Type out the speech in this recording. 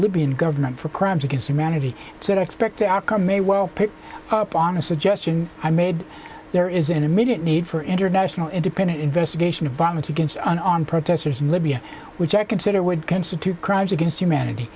libyan government for crimes against humanity so the expected outcome may well pick up on a suggestion i made there is in a million need for international independent investigation of violence against unarmed protesters in libya which i consider would constitute crimes against humanity